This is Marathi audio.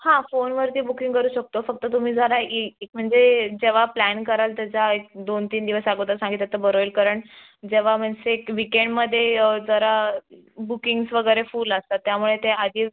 हां फोनवरती बुकिंग करू शकतो फक्त तुम्ही जरा इ एक म्हणजे जेव्हा प्लॅन कराल त्याच्या एक दोन तीन दिवस अगोदर सांगितलंत तर बरं होईल कारण जेव्हा मनसेक विकेणमध्ये जरा बुकिंग्स वगैरे फुल असतात त्यामुळे ते आधीच